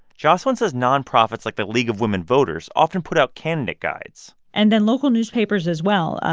jocelyn says nonprofits like the league of women voters often put out candidate guides and then local newspapers as well,